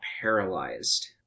paralyzed